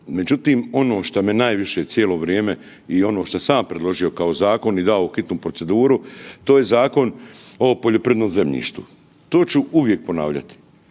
Međutim, ono šta me najviše cijelo vrijeme i ono šta sam ja predložio kao zakon i dao u hitnu proceduru, to je Zakon o poljoprivrednom zemljištu. To ću uvijek ponavljati.